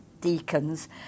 deacons